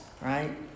right